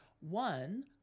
One